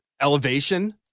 elevation